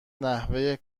نحوه